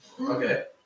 Okay